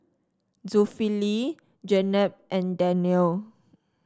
Zulkifli Jenab and Danial